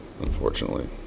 Unfortunately